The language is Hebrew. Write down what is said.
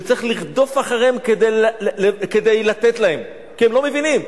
שצריך לרדוף אחריהם כדי לתת להם כי הם לא מבינים.